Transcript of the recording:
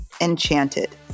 Enchanted